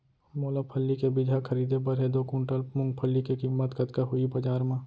मोला फल्ली के बीजहा खरीदे बर हे दो कुंटल मूंगफली के किम्मत कतका होही बजार म?